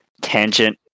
tangent